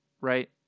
right